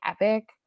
epic